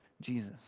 Jesus